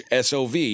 SOV